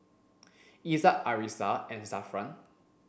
Izzat Arissa and Zafran